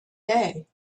day